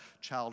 child